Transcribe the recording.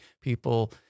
people